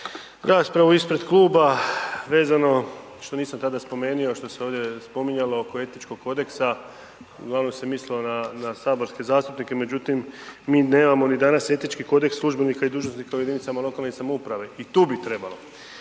raspravu ispred kluba vezano, što nisam tada spomenio, što se ovdje spominjalo oko etičkog kodeksa, uglavnom se mislilo na saborske zastupnike, međutim, mi nemamo ni danas etički kodeks službenika i dužnosnika u jedinicama lokalne samouprave i tu bi trebalo.